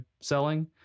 selling